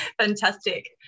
Fantastic